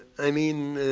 i mean